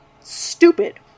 stupid